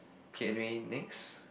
okay anyway next